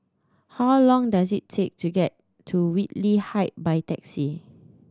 how long does it take to get to Whitley Height by taxi